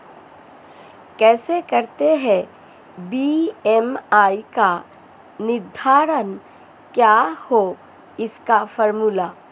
कैसे करते हैं बी.एम.आई का निर्धारण क्या है इसका फॉर्मूला?